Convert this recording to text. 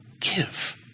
Give